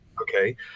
okay